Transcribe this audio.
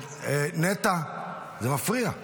נטע, זה מפריע.